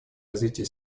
развитие